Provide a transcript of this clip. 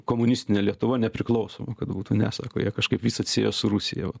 komunistinė lietuva nepriklausoma kad būtų ne sako jie kažkaip visad sieja su rusija va